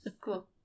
Cool